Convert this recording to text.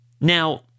Now